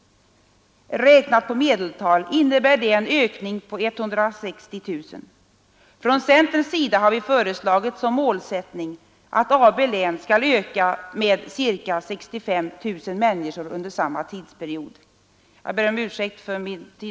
Räknat på medeltal innebär det en ökning på 160 000. Från centerns sida har vi föreslagit som målsättning att AB-län skall öka med ca 65 000 människor under samma tidsperiod.